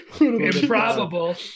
Improbable